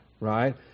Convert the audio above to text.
right